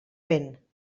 vent